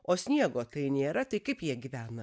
o sniego tai nėra tai kaip jie gyvena